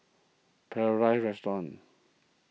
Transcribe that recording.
Paradise Restaurant